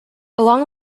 along